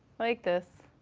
like this.